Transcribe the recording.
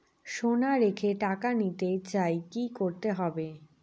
সোনা রেখে টাকা নিতে চাই কি করতে হবে?